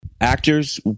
actors